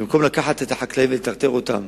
במקום לקחת את החקלאים ולטרטר אותם